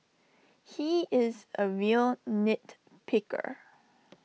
he is A real nit picker